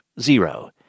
zero